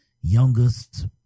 Youngest